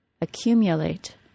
accumulate